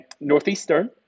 Northeastern